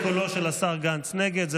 60 בעד, 52 נגד.